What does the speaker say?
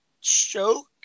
choke